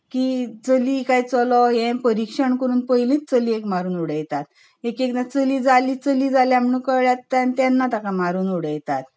की चली काय चलो हें परिक्षण करून पयलींच चलयेक मारून उडयतात एकएकदां चली जाली चली जाल्या म्हूण कळल्यार तेन्ना ताका मारून उडयतात